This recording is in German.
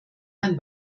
ein